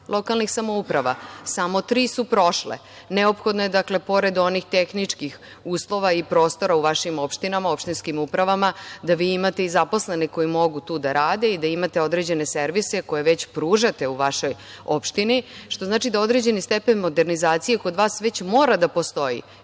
lokalnih samouprava, a samo tri su prošle. Neophodno je, dakle, pored onih tehničkih uslova i prostora u vašim opštinama, opštinskim upravama da vi imate i zaposlene koji mogu tu da rade, da imate određene servise koje već pružate u vašoj opštini, što znači da određeni stepen modernizacije kod vas već mora da postoji